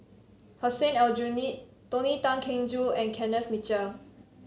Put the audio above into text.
Hussein Aljunied Tony Tan Keng Joo and Kenneth Mitchell